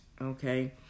okay